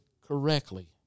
correctly